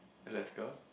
Alaska